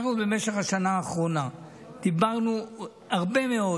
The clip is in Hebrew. במשך השנה האחרונה דיברנו הרבה מאוד